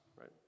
right